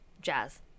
Jazz